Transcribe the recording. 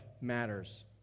matters